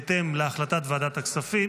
בהתאם להחלטת ועדת הכנסת,